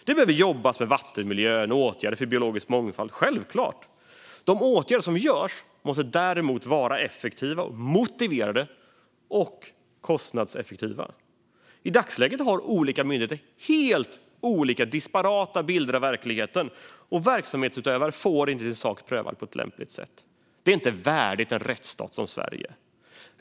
Det behöver självklart jobbas med vattenmiljö och åtgärder för biologisk mångfald. Men de åtgärder som görs måste vara effektiva, motiverade och kostnadseffektiva. I dagsläget har olika myndigheter helt disparata bilder av verkligheten och verksamhetsutövare får inte sin sak prövad på ett lämpligt sätt. Det är inte värdigt en rättsstat som Sverige.